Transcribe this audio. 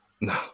no